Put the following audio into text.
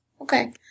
Okay